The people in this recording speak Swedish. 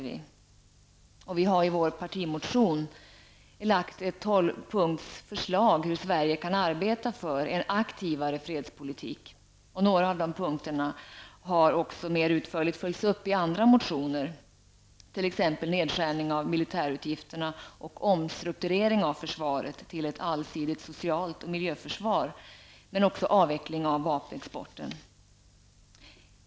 Vi har i vår partimotion framlagt ett tolvpunkts förslag till hur Sverige kan arbeta för en aktivare fredspolitik. Några av punkterna har mer utförligt följts upp i andra motioner, t.ex. nedskärning av militärutgifterna och omstrukturering av försvaret till ett allsidigt social och miljöförsvar, men även avveckling av vapenexporten.